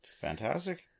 Fantastic